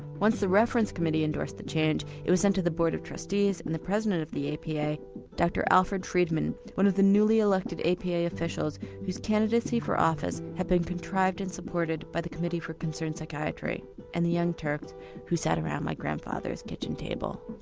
once the reference committee endorsed the change it was sent to the board of trustees and the president of the apa, dr alfred freidman, one of the newly elected apa officials whose candidacy for office had been contrived and supported by the committee for concerned psychiatry and the young turks who sat around my grandfather's kitchen table.